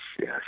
yes